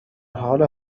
حال